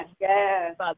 Yes